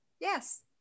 Yes